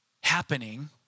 happening